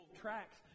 tracks